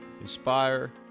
inspire